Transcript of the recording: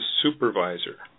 supervisor